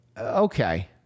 okay